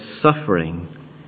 suffering